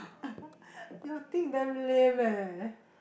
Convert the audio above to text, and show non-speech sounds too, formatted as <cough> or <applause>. <laughs> your thing damn lame eh